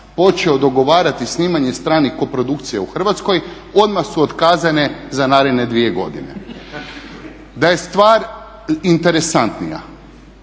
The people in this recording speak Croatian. počeo dogovarati snimanje stranih koprodukcija u Hrvatskoj odmah su otkazane za naredne dvije godine. Da je stvar interesantnija